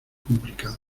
complicado